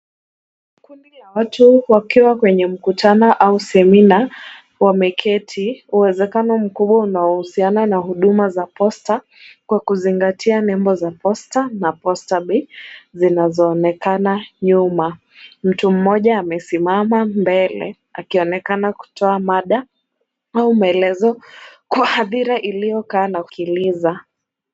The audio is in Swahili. Kundi la watu wakiwa kwenye mkutano au seminar . Wameketi, uwezekano mkubwa unahusiana na huduma za posta kwa kuzingatia nembo za posta na posta bei zinazoonekana nyuma. Mtu mmoja amesimama mbele akionekana kutoa mada au maelezo kwa hadhira iliyokaa na kusikiliza.